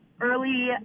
early